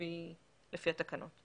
לפי התקנות.